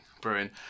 Bruin